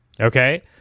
Okay